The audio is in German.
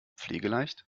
pflegeleicht